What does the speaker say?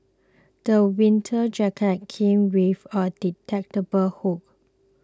the winter jacket came with a detachable hood